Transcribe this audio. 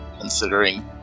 considering